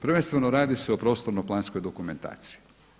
Prvenstveno radi se o prostorno planskoj dokumentaciji.